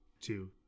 two